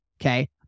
Okay